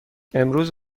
امروز